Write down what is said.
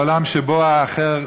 לעולם שבו האחר,